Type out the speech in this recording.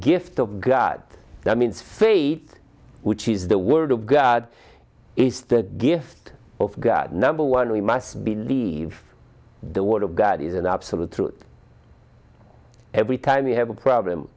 gift of god that means faith which is the word of god is the gift of god number one we must believe the word of god is an absolute truth every time you have a problem